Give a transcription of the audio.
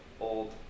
old